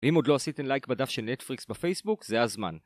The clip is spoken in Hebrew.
אם עוד לא עשיתם לייק בדף של נטפליקס בפייסבוק, זה הזמן.